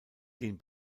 den